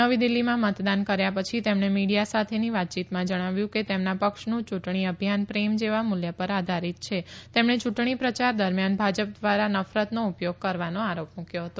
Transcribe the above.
નવી દિલ્હીમાં મતદાન કર્યા પછી તેમણે મીડીયા સાથેની વાતયીતમાં જણાવ્યું કે તેમના પક્ષનો ચૂંટણી અભિયાન પ્રેમ જેવા મૂલ્ય પર આધારિત છે તેમણે ચૂંટણી પ્રચાર દરમિયાન ભાજપ દ્વારા નફરતનો ઉપયોગ કરવાનો આરોપ મુક્યો હતો